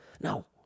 No